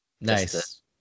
nice